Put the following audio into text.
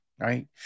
Right